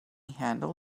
handle